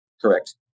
Correct